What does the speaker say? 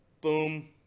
Boom